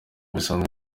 bisanzwe